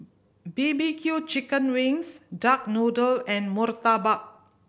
B B Q chicken wings duck noodle and murtabak